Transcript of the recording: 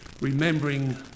Remembering